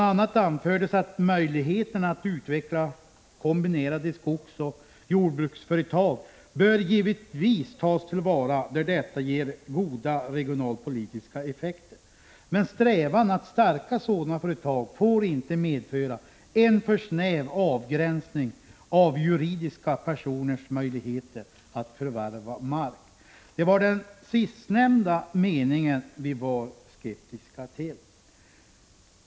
a. anförs: ”Möjligheterna att utveckla kombinerade skogsoch jordbruksföretg bör givetvis tas till vara där detta ger goda regionalpolitiska effekter. Men strävan att stärka sådana företag får inte medföra en för snäv avgränsning av juridiska personers möjligheter att förvärva mark.” Det var den sist anförda meningen som vi var skeptiska till.